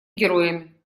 героями